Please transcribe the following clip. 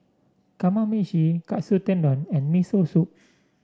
Kamameshi Katsu Tendon and Miso Soup